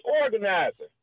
organizer